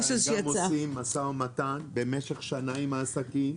עושים משא ומתן משך שנה עם העסקים,